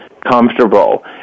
comfortable